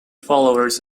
followers